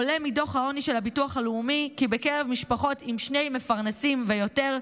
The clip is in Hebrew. עולה מדוח העוני של הביטוח הלאומי כי בקרב משפחות עם שני מפרנסים ויותר,